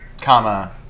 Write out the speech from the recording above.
Comma